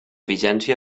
vigència